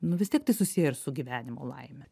nu vis tiek tai susiję ir su gyvenimo laime